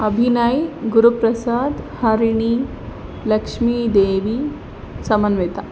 Abhinay Guruprasad Harini Lakshmidevi Samanvita